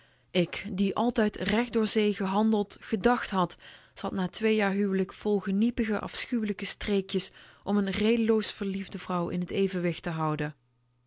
ik die altijd recht door zee gehandeld gedacht had zat na twee jaar huwelijk vol geniepige afschuwelijke streekjes om n redeloos verliefde vrouw in evenwicht te houden